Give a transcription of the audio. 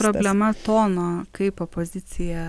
problema tono kaip opozicija